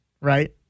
right